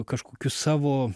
kažkokiu savo